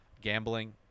gambling